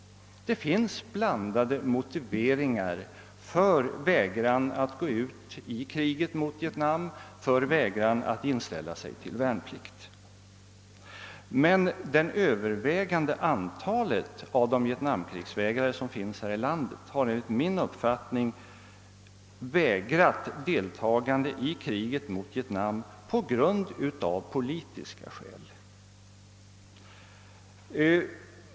Det finns blandade motiveringar för vägran att gå ut i kriget mot Vietnam och för vägran att inställa sig till värnpliktstjänstgöring, men det övervägande antalet av de vietnamkrigsvägrare som finns här i landet har enligt min uppfattning vägrat att deltaga i kriget mot Vietnam av politiska skäl.